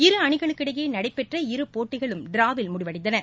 இருஅணிகளுக்கிடையே நடைபெற்ற இரு போட்டிகளும் டிராவில் முடிவடைந்தன